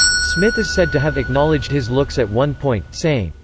smith is said to have acknowledged his looks at one point, saying,